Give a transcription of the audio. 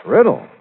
Riddle